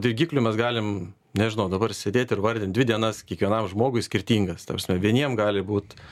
dirgiklių mes galim nežinau dabar sėdėt ir vardint dvi dienas kiekvienam žmogui skirtingas ta prasme vieniem gali būt